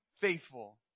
faithful